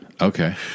Okay